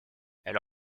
elle